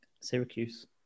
Syracuse